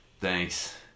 Thanks